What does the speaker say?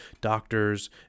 doctors